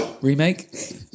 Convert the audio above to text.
Remake